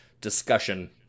discussion